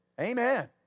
Amen